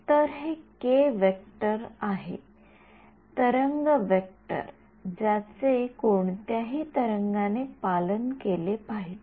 तर हे के वेक्टर आहे तरंग वेक्टर ज्याचे कोणत्याही तरंगाने पालन केले पाहिजे